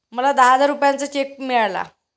मला दहा हजार रुपयांचा चेक मिळाला